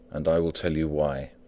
and i will tell you why.